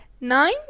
Nine